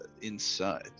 inside